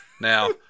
now